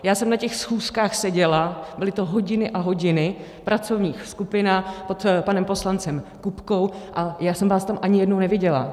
Já jsem na těch schůzkách seděla, byly to hodiny a hodiny v pracovních skupinách pod panem poslancem Kupkou, a já jsem vás tam ani jednou neviděla.